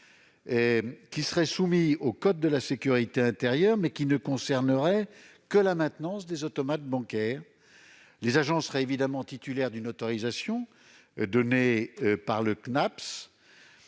qui serait soumise au code de la sécurité intérieure, mais qui ne concernerait que la maintenance des automates bancaires. Les agents devraient évidemment être titulaires d'une autorisation d'exercer